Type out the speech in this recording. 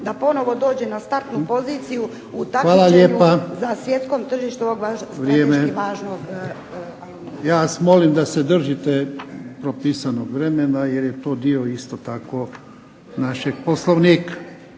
da ponovno dođe na startnu poziciju u **Jarnjak, Ivan (HDZ)** Hvala lijepa. Vrijeme. Ja vas molim da se držite propisanog vremena jer je to dio isto tako našeg Poslovnika.